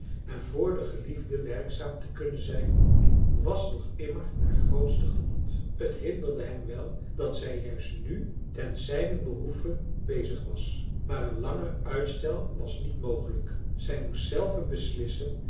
en voor den geliefde werkzaam te kunnen zijn was nog immer haar grootste genot t hinderde hem wel dat zij juist nu ten zijnen behoeve bezig was maar een langer uitstel was niet mogelijk zij moest zelve beslissen